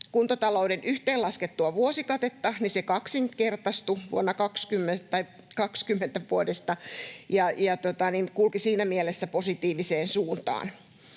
kuntatalouden yhteenlaskettua vuosikatetta, niin se kaksinkertaistui vuodesta 20 ja kulki siinä mielessä positiiviseen suuntaan.